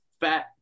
fat